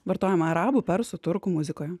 vartojama arabų persų turkų muzikoje